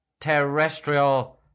terrestrial